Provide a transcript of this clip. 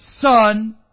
Son